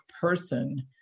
person